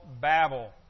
Babel